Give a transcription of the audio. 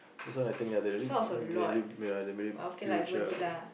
this one I think ya they really they really ya they made it huge ah